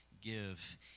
give